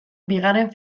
bigarren